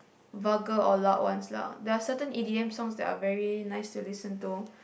vulgar or loud ones lah there are certain E_D_M songs that are very nice to listen to